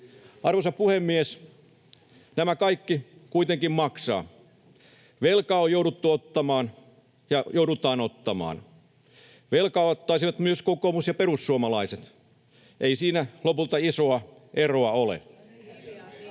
Arvoisa puhemies! Tämä kaikki kuitenkin maksaa. Velkaa on jouduttu ottamaan ja joudutaan ottamaan. Velkaa ottaisivat myös kokoomus ja perussuomalaiset. Ei siinä lopulta isoa eroa ole.